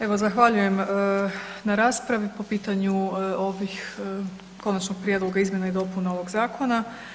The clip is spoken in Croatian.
Evo zahvaljujem na raspravi po pitanju ovih konačnog prijedloga izmjena i dopuna ovog zakona.